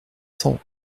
cent